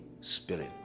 Spirit